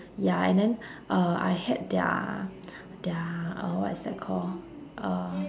ya and then uh I had their their uh what is that call uh